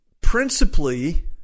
Principally